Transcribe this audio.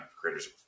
creators